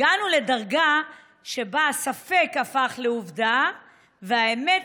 הגענו לדרגה שבה הספק הפך לעובדה והאמת,